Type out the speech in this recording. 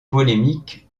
polémiques